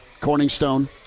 Corningstone